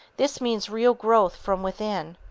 this means real growth from within.